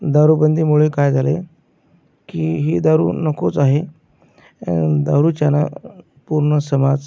दारूबंदीमुळे काय झाले की ही दारू नकोच आहे दारूच्यानं पूर्न समाज